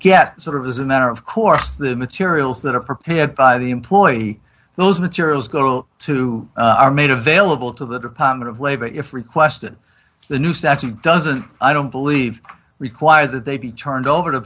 get sort of as a matter of course the materials that are prepared by the employee those materials go to are made available to the department of labor if requested the new statute doesn't i don't believe require that they be turned over t